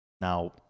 Now